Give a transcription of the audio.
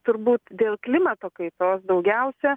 turbūt dėl klimato kaitos daugiausia